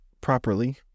properly